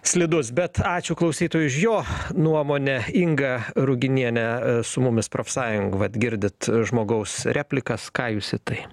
slidus bet ačiū klausytojui už jo nuomonę inga ruginiene su mumis profsąjungų vat girdit žmogaus replikas ką jūs š tai